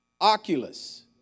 Oculus